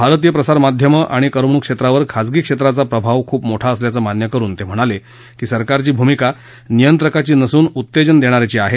भारतीय प्रसार माध्यमं आणि करमणूक क्षेत्रावर खाजगी क्षेत्राचा प्रभाव खूप मोठा असल्याचं मान्य करुन ते म्हणाले की सरकारची भूमिका नियंत्रकाची नसून उत्तेजन देण्याची आहे